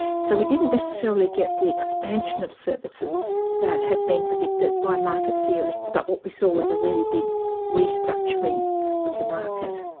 so we didn't necessarily get the expansion of services that had been predicted by market theorists but what we saw was a really big restructuring of the market.